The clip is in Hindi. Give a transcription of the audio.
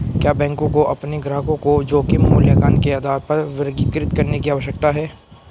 क्या बैंकों को अपने ग्राहकों को जोखिम मूल्यांकन के आधार पर वर्गीकृत करने की आवश्यकता है?